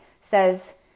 says